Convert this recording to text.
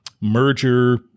merger